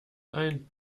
ein